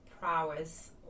prowess